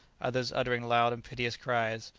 others uttering loud and piteous cries,